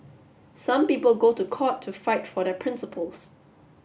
some people go to court to fight for their principles